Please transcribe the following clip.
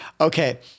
Okay